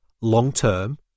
long-term